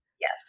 Yes